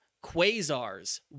Quasar's